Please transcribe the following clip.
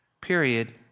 Period